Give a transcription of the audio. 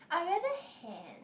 I rather have